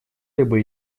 либо